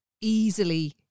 easily